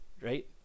right